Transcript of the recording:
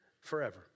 forever